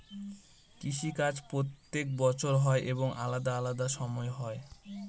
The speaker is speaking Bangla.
কৃষি কাজ প্রত্যেক বছর হয় এবং আলাদা আলাদা সময় হয়